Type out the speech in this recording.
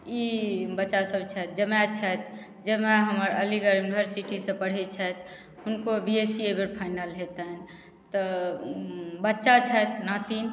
ई बच्चासभ छथि जमाए छथि जमाए हमर अलीगढ़ यूनिवर्सिटीसँ पढ़ैत छथि हुनको बी एस सी एहि बेर फाइनल हेतैन तऽ बच्चा छथि नातिन